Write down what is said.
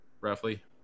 roughly